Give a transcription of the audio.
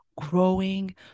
growing